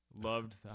loved